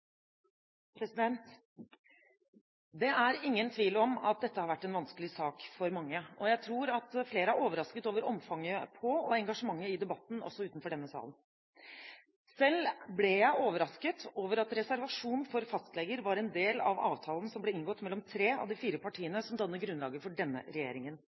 Det er ingen tvil om at dette har vært en vanskelig sak for mange. Jeg tror at flere er overrasket over omfanget på og engasjementet i debatten også utenfor denne salen. Selv ble jeg overrasket over at reservasjon for fastleger var en del av avtalen som ble inngått mellom tre av de fire partiene som danner grunnlaget for denne